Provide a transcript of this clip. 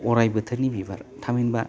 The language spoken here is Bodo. अराय बोथोरनि बिबार थामहिनबा